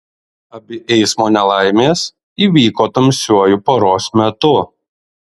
abi eismo nelaimės įvyko tamsiuoju paros metu